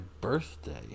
birthday